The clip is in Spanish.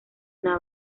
una